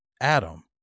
Adam